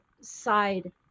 side